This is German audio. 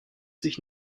sich